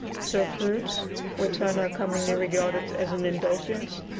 so fruits which are now commonly regarded as an indulgence,